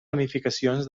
ramificacions